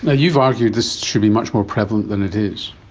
ah you've argued this should be much more prevalent than it is.